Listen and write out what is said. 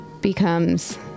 becomes